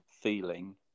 feeling